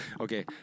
Okay